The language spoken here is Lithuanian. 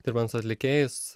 dirbant su atlikėjais